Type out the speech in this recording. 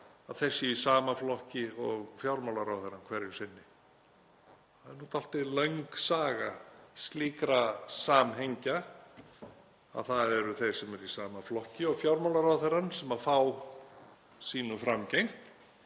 að þeir séu í sama flokki og fjármálaráðherra hverju sinni. Það er nú dálítið löng saga slíkra samhengja að það eru þeir sem eru í sama flokki og fjármálaráðherrann sem fá sínu framgengt.